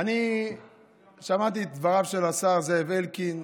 אני שמעתי את דבריו של השר זאב אלקין.